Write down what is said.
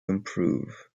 improve